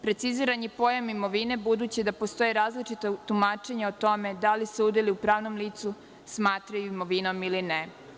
Preciziran je pojam imovine, budući da postoje različita tumačenja o tome da li se udeli u pravnom licu smatraju imovinom ili ne.